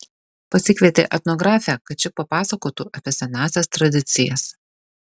pasikvietė etnografę kad ši papasakotų apie senąsias tradicijas